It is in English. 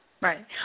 Right